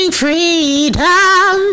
freedom